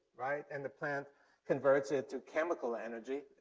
right? and the plant converts it to chemical energy,